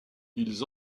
ils